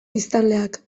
biztanleak